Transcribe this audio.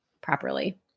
properly